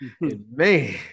Man